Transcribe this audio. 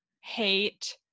hate